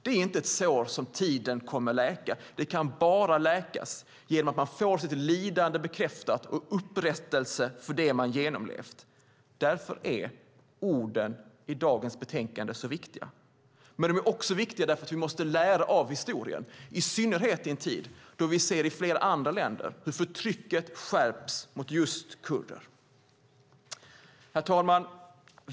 Det är inte ett sår som tiden kommer att läka. Det kan bara läkas genom att man får sitt lidande bekräftat och upprättelse för det man har genomlevt. Därför är orden i dagens betänkande så viktiga. Men de är också viktiga därför att vi måste lära av historien, i synnerhet en tid då vi ser i flera andra länder hur förtrycket skärps mot just kurder. Herr talman!